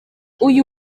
uyu